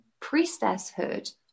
priestesshood